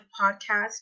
podcast